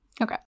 Okay